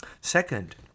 Second